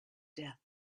death